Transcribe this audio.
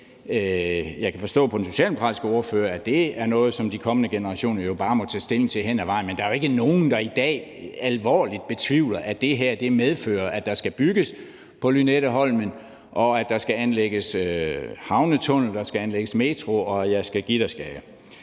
Jeg kan forstå på den socialdemokratiske ordfører, at det er noget, som de kommende generationer jo bare må tage stilling til hen ad vejen, men der er ikke nogen, der i dag for alvor betvivler, at det her medfører, at der skal bygges på Lynetteholmen, og at der skal anlægges havnetunnel og metro – og jeg skal give dig,